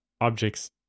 objects